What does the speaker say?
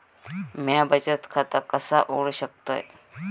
म्या बचत खाता कसा उघडू शकतय?